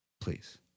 Please